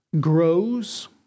grows